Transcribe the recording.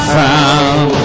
found